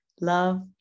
Love